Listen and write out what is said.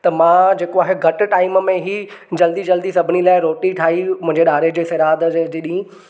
त मां जेको आहे घटि टाइम में ई जल्दी जल्दी सभिनी लाइ रोटी ठाही मुंहिंजे ॾाॾे जे श्राद्ध जे ॾींहुं